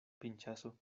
pinchazo